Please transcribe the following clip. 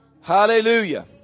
Hallelujah